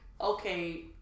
okay